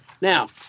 Now